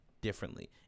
differently